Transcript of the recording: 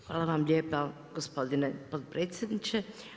Hvala vam lijepa gospodine potpredsjedniče.